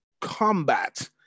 combat